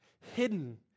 hidden